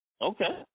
Okay